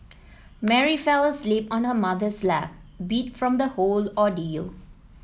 Mary fell asleep on her mother's lap beat from the whole ordeal